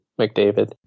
McDavid